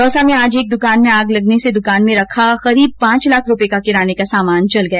दौसा में आज एक दुकान में आग लगने से दुकान में रखा करीब पांच लाख रूपये का किराने का सामान जल गया